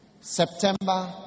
September